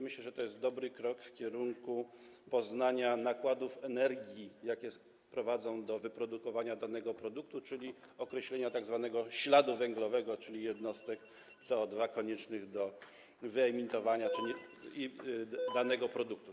Myślę, że to jest dobry krok w kierunku poznania nakładów energii, jakie prowadzą do wyprodukowania danego produktu, czyli określenia tzw. śladu węglowego, a więc jednostek CO2 koniecznych do wyemitowania w wypadku danego produktu.